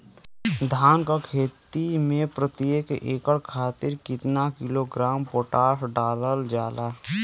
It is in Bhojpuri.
धान क खेती में प्रत्येक एकड़ खातिर कितना किलोग्राम पोटाश डालल जाला?